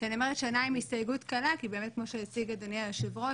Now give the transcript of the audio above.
כשאני אומרת שנה עם הסתייגות קלה כי באמת כמו שהציג אדוני היושב-ראש,